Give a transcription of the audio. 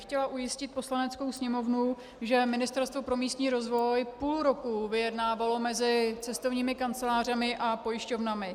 Chtěla bych ujistit Poslaneckou sněmovnu, že Ministerstvo pro místní rozvoj půl roku vyjednávalo mezi cestovními kancelářemi a pojišťovnami.